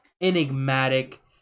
enigmatic